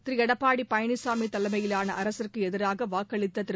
திரு எடப்பாடிபழனிச்சாமிதலைம்யிலானஅரசுக்குஎதிராகவாக்களித்ததிரு